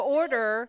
order